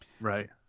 Right